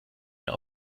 mehr